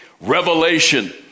revelation